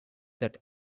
that